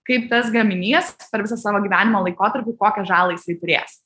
kaip tas gaminys per visą savo gyvenimo laikotarpį kokią žalą jisai turės